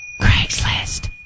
Craigslist